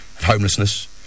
homelessness